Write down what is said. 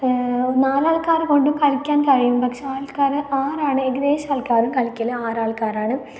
നാലാൾക്കാരെ കൊണ്ടും കളിക്കാൻ കഴിയും പക്ഷെ ആൾക്കാർ ആറാണ് ഏകദേശം ആൾക്കാരും കളിക്കൽ ആറ് ആൾക്കാരാണ്